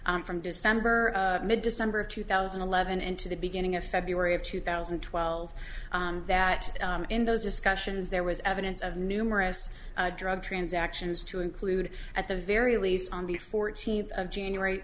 span from december mid december of two thousand and eleven and to the beginning of february of two thousand and twelve that in those discussions there was evidence of numerous drug transactions to include at the very least on the fourteenth of january